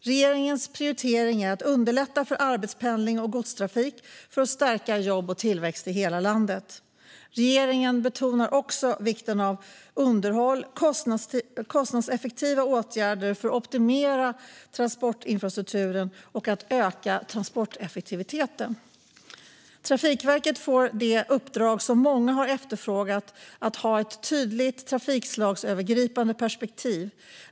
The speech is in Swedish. Regeringens prioritering är att underlätta för arbetspendling och godstrafik för att stärka jobb och tillväxt i hela landet. Regeringen betonar också vikten av underhåll och kostnadseffektiva åtgärder för att optimera transportinfrastrukturen och öka transporteffektiviteten. Trafikverket får det uppdrag som många har efterfrågat, nämligen att ha ett tydligt trafikslagsövergripande perspektiv.